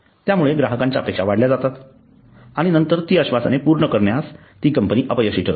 यामुळे ग्राहकांच्या अपेक्षा वाढल्या जातात आणि नंतर ती आश्वासने पूर्ण करण्यात ती कंपनी अपयशी ठरते